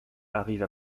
arrive